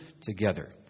together